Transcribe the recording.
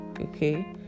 okay